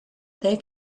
their